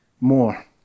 More